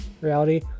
reality